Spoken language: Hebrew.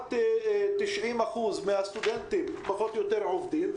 כמעט 90% מהסטודנטים פחות או יותר עובדים,